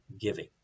giving